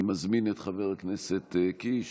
אני מזמין את חבר הכנסת יואב קיש